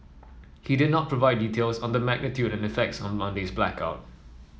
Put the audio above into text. he did not provide details on the magnitude and effects of Monday's blackout